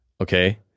Okay